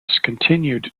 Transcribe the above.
continued